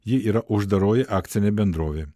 ji yra uždaroji akcinė bendrovė